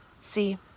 See